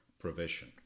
provision